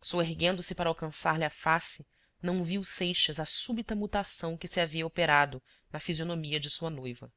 ti soerguendo se para alcançar lhe a face não viu seixas a súbita mutação que se havia operado na fisionomia de sua noiva